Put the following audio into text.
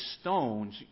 stones